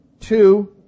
Two